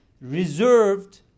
reserved